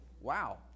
Wow